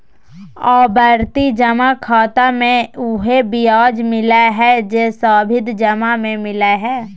आवर्ती जमा खाता मे उहे ब्याज मिलय हइ जे सावधि जमा में मिलय हइ